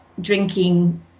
drinking